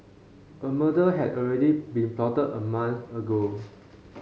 a murder had already been plotted a month ago